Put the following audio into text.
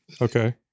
Okay